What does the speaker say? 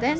then